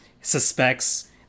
suspects